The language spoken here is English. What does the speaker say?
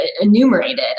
enumerated